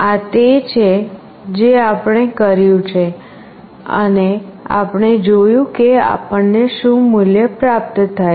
આ તે છે જે આપણે કર્યું છે અને આપણે જોયું કે આપણને શું મૂલ્ય પ્રાપ્ત થાય છે